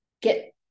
get